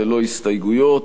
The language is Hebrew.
ללא הסתייגויות.